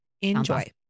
Enjoy